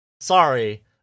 Sorry